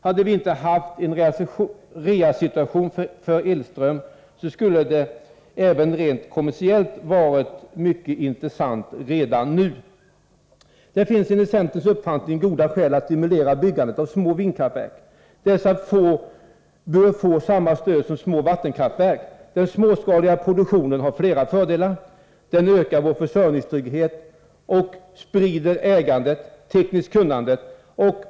Hade vi inte haft en reasituation för elström, skulle det även rent kommersiellt ha varit mycket intressant redan nu. Det finns enligt centerns uppfattning goda skäl att stimulera byggandet av små vindkraftverk. Dessa bör få samma stöd som små vattenkraftverk. Den småskaliga produktionen har flera fördelar. Därmed ökar vår försörjningstrygghet, och ägandet och det tekniska kunnandet sprids.